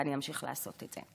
ואני אמשיך לעשות את זה.